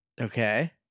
Okay